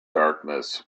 darkness